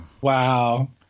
Wow